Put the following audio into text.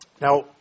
Now